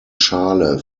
schale